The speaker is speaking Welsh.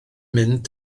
mynd